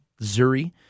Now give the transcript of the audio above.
Zuri